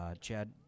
Chad